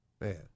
man